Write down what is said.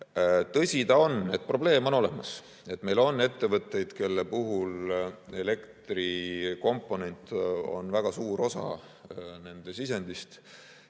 Tõsi ta on, et probleem on olemas, et meil on ettevõtteid, kelle puhul elektrikomponent on väga suur osa nende sisendist.